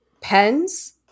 pens